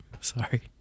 Sorry